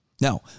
Now